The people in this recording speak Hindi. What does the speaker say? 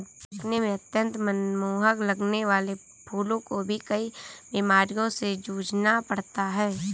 दिखने में अत्यंत मनमोहक लगने वाले फूलों को भी कई बीमारियों से जूझना पड़ता है